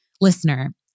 Listener